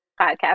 podcast